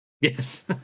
Yes